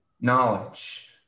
knowledge